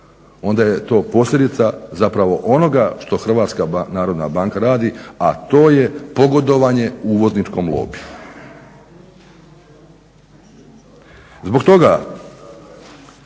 onda je to posljedica zapravo onoga što Hrvatska narodna banka radi, a to je pogodovanje uvozničkom lobiju. Zbog toga,